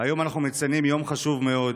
היום אנחנו מציינים יום חשוב מאוד,